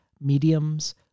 mediums